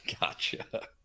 Gotcha